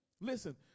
Listen